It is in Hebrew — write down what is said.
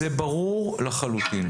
זה ברור לחלוטין.